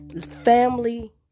Family